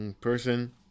person